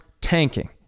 tanking